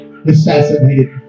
assassinated